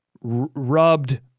rubbed